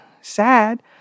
sad